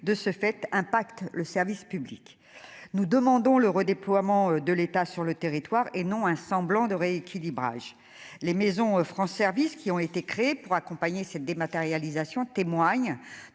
de ce fait un pacte : le service public, nous demandons le redéploiement de l'État sur le territoire et non un semblant de rééquilibrage les maisons France Service qui ont été créés pour accompagner cette dématérialisation témoignent